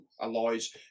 allows